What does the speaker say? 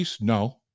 No